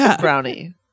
brownie